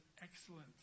excellent